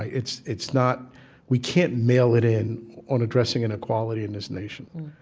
it's it's not we can't mail it in on addressing inequality in this nation.